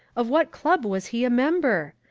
of what club was he a member?